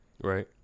Right